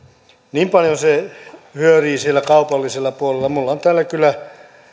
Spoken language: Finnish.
niin paljon se hyörii siellä kaupallisella puolella minulla on täällä kyllä